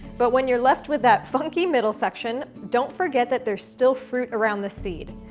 but when you're left with that funky middle section don't forget that there's still fruit around the seed.